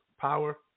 power